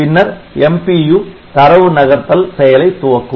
பின்னர் MPU தரவு நகர்த்தல் செயலை துவக்கும்